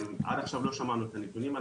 עד עכשיו לא שמענו את הנתונים.